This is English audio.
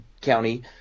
county